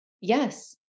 Yes